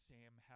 Sam